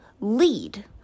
lead